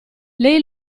lei